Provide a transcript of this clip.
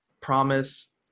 Promise